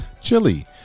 chili